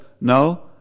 no